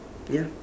ya